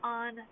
on